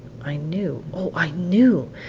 i knew! oh, i knew!